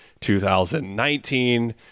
2019